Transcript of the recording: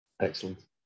excellent